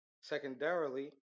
Secondarily